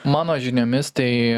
mano žiniomis tai